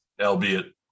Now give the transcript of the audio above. albeit